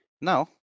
now